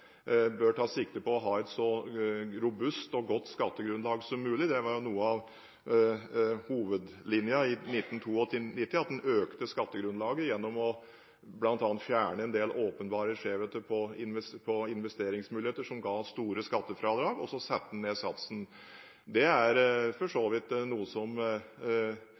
bør ta sikte på å ha et så robust og godt skattegrunnlag som mulig. Det var noe av hovedlinjen i 1992, at en økte skattegrunnlaget gjennom bl.a. å fjerne en del åpenbare skjevheter på investeringsmuligheter som ga store skattefradrag, og så satte en ned satsen. Det er for så vidt noe